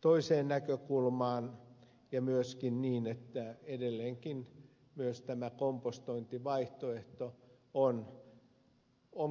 toiseen näkökulmaan ja myöskin edelleenkin myös tämä kompostointivaihtoehto on pätevä